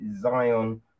Zion